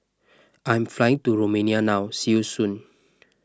I'm flying to Romania now see you soon